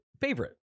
favorite